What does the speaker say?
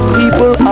people